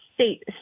state